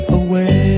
away